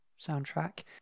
soundtrack